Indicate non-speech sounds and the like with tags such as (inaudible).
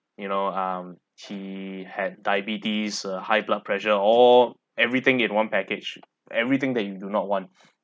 you know um he had diabetes uh high blood pressure all everything in one package everything that you do not want (breath)